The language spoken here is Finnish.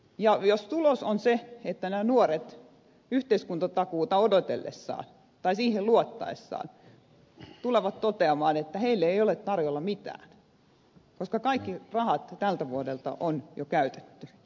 ja tulos on se että nämä nuoret yhteiskuntatakuuta odotellessaan tai siihen luottaessaan tulevat toteamaan että heille ei ole tarjolla mitään koska kaikki rahat tältä vuodelta on jo käytetty